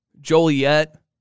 Joliet